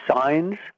signs